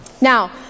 Now